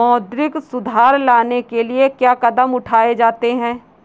मौद्रिक सुधार लाने के लिए क्या कदम उठाए जाते हैं